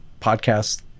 podcast